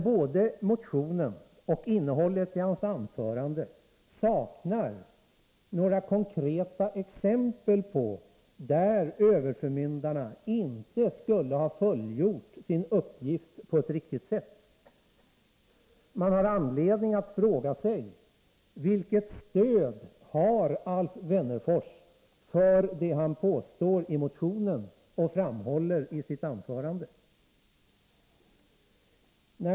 Både motionen och innehållet i Alf Wennerfors anförande saknar konkreta exempel där överförmyndarna inte skulle ha fullgjort sin uppgift på ett riktigt sätt. Man har anledning att fråga sig: Vilket stöd har Alf Wennerfors för det han påstår i motionen och framhåller i sitt anförande?